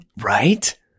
Right